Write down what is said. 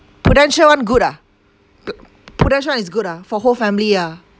prudential one good ah p~ prudential one is good ah for whole family ah